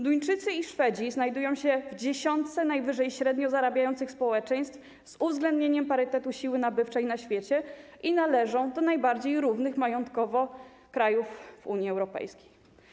Duńczycy i Szwedzi znajdują się w dziesiątce najwyżej średnio zarabiających społeczeństw, z uwzględnieniem parytetu siły nabywczej na świecie, i należą do najbardziej równych pod względem majątkowym krajów w Unii Europejskiej.